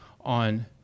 on